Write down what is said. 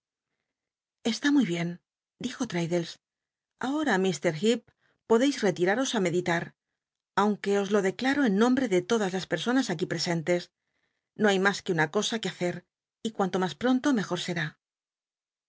eslü muy bien dijo l'mddles ahor lleep podcis retiraros á meditar aunque os lo declaro en nombr e de todas las personas aquí prcsentes no hay mas cjuc una cosa que hacer y cuan to mas pronto mejor